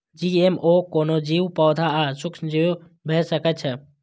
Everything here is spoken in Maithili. जी.एम.ओ कोनो जीव, पौधा आ सूक्ष्मजीव भए सकै छै